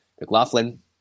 McLaughlin